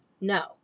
no